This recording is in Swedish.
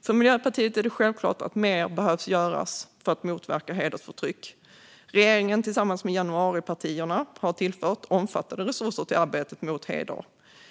För Miljöpartiet är det självklart att mer behöver göras för att motverka hedersförtryck. Regeringen tillsammans med januaripartierna har tillfört omfattande resurser till arbetet mot hedersförtryck.